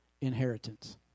inheritance